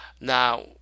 Now